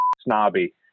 snobby